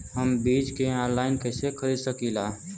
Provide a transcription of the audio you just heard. हम बीज के आनलाइन कइसे खरीद सकीला?